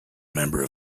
member